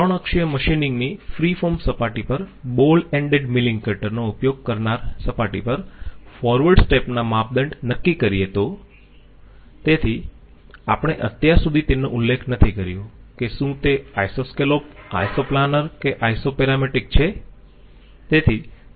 3 અક્ષીય મશીનીંગની free form સપાટી પર બોલ એંડ મિલિંગ કટર નો ઉપયોગ કરનાર સપાટી પર ફોરવર્ડ સ્ટેપ ના માપદંડ નક્કી કરીયે તો તેથી આપણે અત્યાર સુધી તેનો ઉલ્લેખ નથી કર્યો કે શું તે આઈસોસ્કેલોપ આઈસો પ્લાનર કે આઈસો પેરામેટ્રિક છે